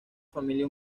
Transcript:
familia